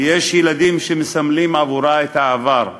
ויש ילדים שמסמלים עבורה את העבר.